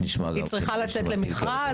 היא צריכה לצאת למכרז,